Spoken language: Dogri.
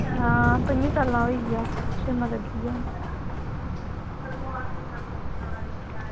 हां पंज्जें सालें दा होई गेआ छेमां लग्गी गेआ हून